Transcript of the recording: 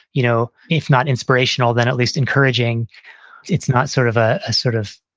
you know if not inspirational then at least encouraging it's not sort of a ah sort of